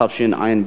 התשע"ב